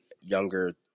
younger